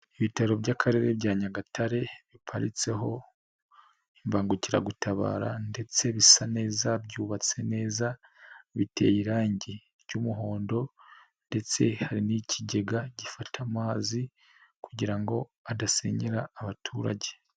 Ibitaro by'akarere bya Nyagatare biparitseho imbangukiragutabara ndetse bisa neza, byubatse neza biteye irangi ry'umuhondo ndetse hari n'ikigega gifata amazi kugira ngo adasenyera abaturage.